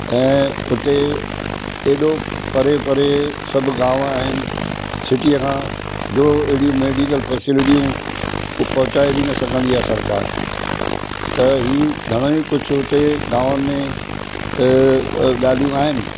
ऐं उते एॾो परे परे सभु गांव आहिनि सिटीअ खां जो ऐॾी मेडिकल फेसिलिटियूं पहुंचाए बि न सघंदी आहे सरकारि त ही घणाई कुझु हुते गांव में ॻाल्हियूं आहिनि